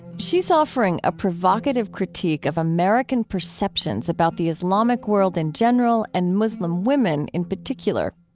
she's offering a provocative critique of american perceptions about the islamic world in general and muslim women in particular.